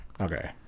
okay